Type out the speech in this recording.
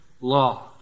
law